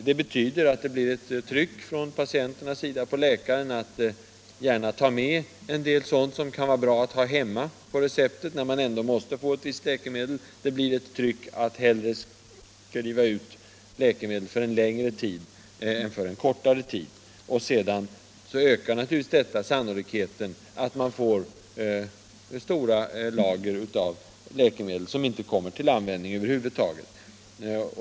Det betyder att det blir ett tryck från patienternas sida på läkaren att på receptet gärna ta med en del sådana mediciner som kan vara bra att ha hemma när man ändå måste få ett visst läkemedel. Det blir ett tryck att hellre skriva ut läkemedel för en längre tid än för en kortare tid och detta ökar naturligtvis sannolikheten för att man får stora lager av läkemedel som inte kommer till användning över huvud taget.